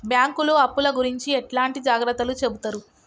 బ్యాంకులు అప్పుల గురించి ఎట్లాంటి జాగ్రత్తలు చెబుతరు?